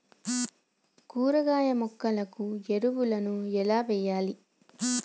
కూరగాయ మొక్కలకు ఎరువులను ఎలా వెయ్యాలే?